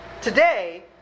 Today